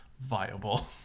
viable